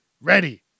Ready